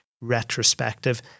retrospective